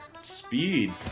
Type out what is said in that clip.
speed